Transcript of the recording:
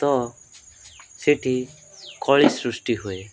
ତ ସେଠି କଳି ସୃଷ୍ଟି ହୁଏ